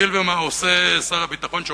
מגדיל ועושה שר הביטחון,